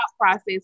process